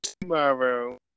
tomorrow